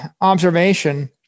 observation